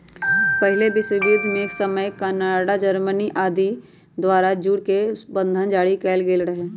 पहिल विश्वजुद्ध के समय कनाडा, जर्मनी आदि द्वारा जुद्ध बन्धन जारि कएल गेल रहै